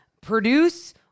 produce